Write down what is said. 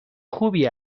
خوبی